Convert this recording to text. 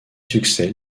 succès